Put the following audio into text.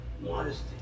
modesty